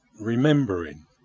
remembering